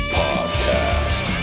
podcast